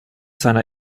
seiner